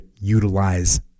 utilize